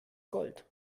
gold